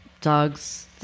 dogs